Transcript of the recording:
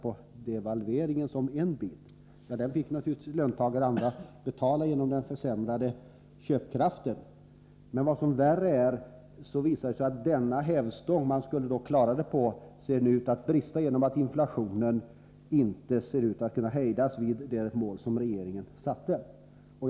Men devalveringen fick naturligtvis löntagare och andra betala genom den försämrade köpkraften. Värre är att det har visat sig att den hävstång man skulle använda nu ser ut att brista genom att inflationen inte kan hållas vid den nivå som regeringen satte upp som mål.